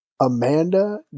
Amanda